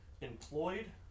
employed